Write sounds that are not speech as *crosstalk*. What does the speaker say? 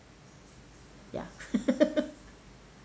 ya *laughs*